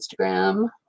Instagram